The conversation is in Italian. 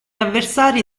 avversari